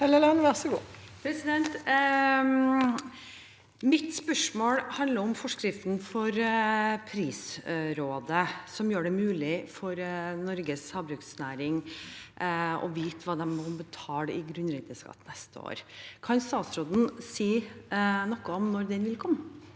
Mitt spørs- mål handler om forskriften for prisrådet, som gjør det mulig for Norges havbruksnæring å vite hva de må betale i grunnrenteskatt neste år. Kan statsråden si noe om når den vil komme?